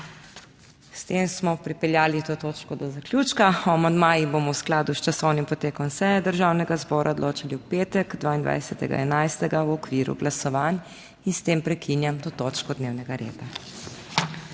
S tem smo pripeljali to točko do zaključka. O amandmajih bomo v skladu s časovnim potekom seje Državnega zbora odločali v petek 22. 11. v okviru glasovanj. In s tem prekinjam to točko dnevnega reda.